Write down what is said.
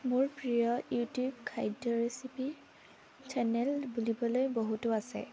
মোৰ প্ৰিয় ইউটিউব খাদ্য ৰেচিপি চেনেল বুলিবলৈ বহুতো আছে